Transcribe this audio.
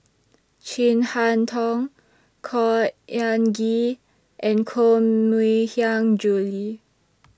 Chin Harn Tong Khor Ean Ghee and Koh Mui Hiang Julie